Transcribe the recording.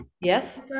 Yes